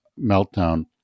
meltdown